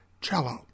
cello